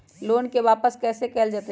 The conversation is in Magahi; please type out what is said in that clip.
लोन के वापस कैसे कैल जतय?